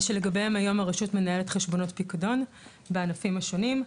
שלגביהם הים הרשות מנהלת חשבונות פיקדון בענפים השונים.